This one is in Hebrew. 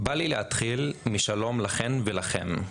״בא לי להתחיל משלום לכם ולכן,